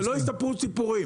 שלא יספרו סיפורים.